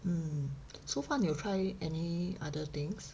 mm so far 你有 try any other things